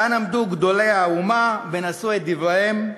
כאן עמדו גדולי האומה ונשאו את דבריהם,